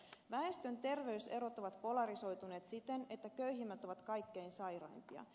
väestön terveyserot ovat polarisoituneet siten että köyhimmät ovat kaikkein sairaimpia